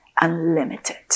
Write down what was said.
Unlimited